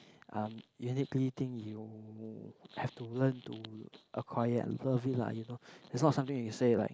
um uniquely thing you have to learn to acquire and love it lah you know is not something when you say like